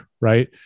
right